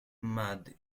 mad